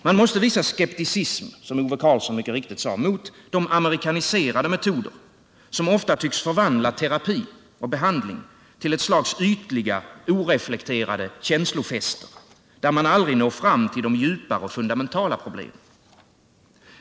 Man måste visa skepticism, som Ove Karlsson mycket riktigt sade, mot de amerikaniserade metoder som ofta tycks förvandla terapi och behandling till ett slags ytliga, oreflekterade känslofester, där människorna aldrig når fram till de djupare och fundamentala problemen.